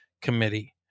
Committee